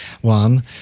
one